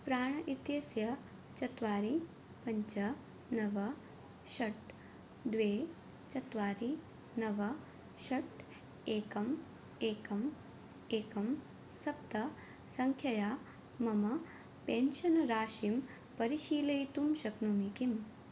प्राण् इत्यस्य चत्वारि पञ्च नव षट् द्वे चत्वारि नव षट् एकम् एकम् एकं सप्त सङ्ख्यायाः मम पेन्शन् राशिं परिशीलयितुं शक्नोमि किम्